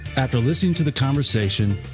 after listening to the conversation,